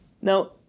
Now